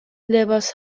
لباس